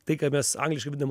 tai ką mes angliškai vadinam